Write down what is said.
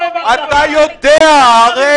--- אתה יודע הרי.